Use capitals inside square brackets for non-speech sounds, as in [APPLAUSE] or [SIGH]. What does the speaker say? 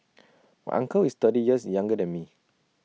[NOISE] my uncle is thirty years younger than me